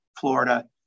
Florida